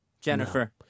Jennifer